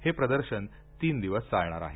हे प्रदर्शन तीन दिवस चालणार आहे